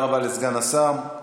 תודה רבה לסגן השר.